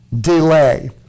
delay